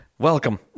Welcome